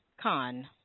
Khan